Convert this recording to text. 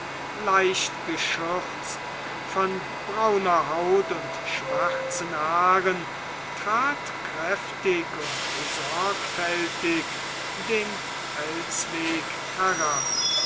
leicht geschürzt von brauner haut und schwarzen haaren trat kräftig und sorgfältig den felsweg herab